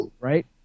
right